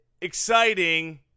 exciting